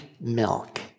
milk